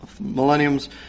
Millennium's